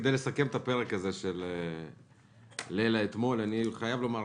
כדי לסכם את הפרק הזה של ליל האתמול אני חייב לומר,